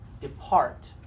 depart